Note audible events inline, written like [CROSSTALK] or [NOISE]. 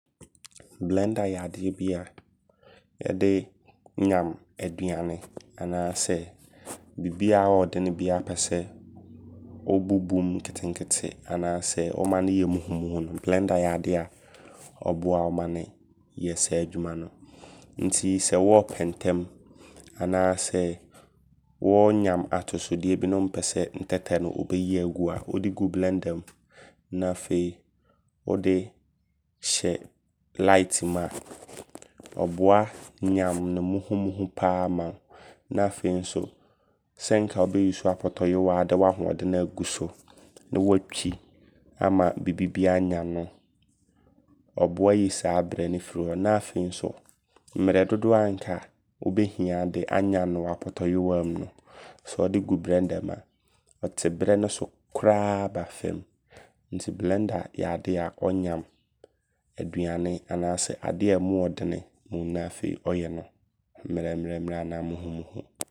ABR-AAM004-H111 Blender yɛ adeɛ bia yɛde yam aduane. Anaasɛ [NOISE] biibi a ɔɔdene bia wopɛsɛ wobubumu nketenkete. Anaasɛ woma no yɛ muhumuhu no blender yɛ adea ɔboa wo ma ne yɛ saa adwuma no. Nti sɛ wɔɔpɛ ntɛm anaasɛ wɔɔyam atosodeɛ bi ne wompɛsɛ ntɛtɛ no wobɛyi agu a, wode gu blender mu. Na afei wode hyɛ light mu a [NOISE] ɔboa yam no muhumuhu paa ma wo. Na afei nso sɛ nka wobɛ use apɔtɔyowa de w'ahoɔdene agu so ne watwi ama bibibiaa ayam no. Ɔboa yi saa berɛ no firi hɔ. Na afei nso mmerɛ dodoɔ a nka wobɛhia de ayam no wɔ apɔtɔyowa mu no. Sɛ wode gu blender mu a, ɔte berɛ no so koraa ba fam. Nti blender yɛ adea ɔyam aduane anaasɛ adea mu ɔɔdene mu. Na afei ɔyɛ mrɛmrɛ anaa muhumuhu